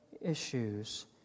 issues